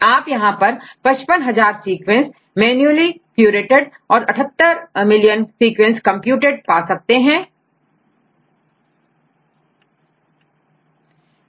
अभी यहां पर 55 हजार सीक्वेंसेस मैनुअली क्यूरेटेड है और लगभग 78 मिलीयन सीक्वेंसेस कंप्यूटेड है